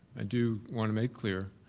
i do want to make clear,